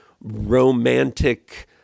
romantic